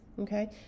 okay